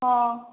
ହଁ